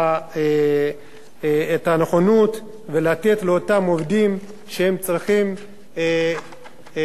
ואת הנכונות לאותם עובדים שצריכים להמשיך ולעבוד.